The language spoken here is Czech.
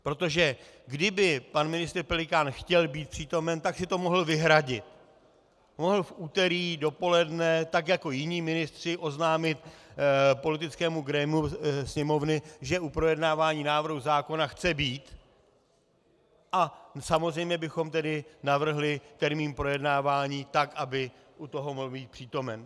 Protože kdyby pan ministr Pelikán chtěl být přítomen, tak si to mohl vyhradit a mohl v úterý dopoledne, tak jako jiní ministři, oznámit politickému grémiu Sněmovny, že u projednávání návrhu zákona chce být, a samozřejmě bychom tedy navrhli termín projednávání tak, aby u toho mohl být přítomen.